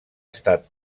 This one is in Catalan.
estat